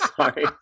sorry